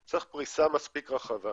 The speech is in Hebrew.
צריך פריסה מספיק רחבה.